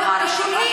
אנחנו אמיצים.